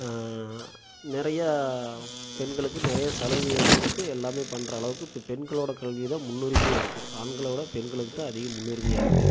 நிறையா பெண்களுக்கு நிறையா சலுகைகள் கொடுத்து எல்லாமே பண்ணுற அளவுக்கு இப்போ பெண்களோட கல்விதான் முன்னுரிமையாக இருக்குது ஆண்களை விட பெண்களுக்கு தான் அதிக முன்னுரிமையாக இருக்குது